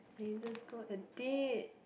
then just go edit